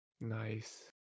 Nice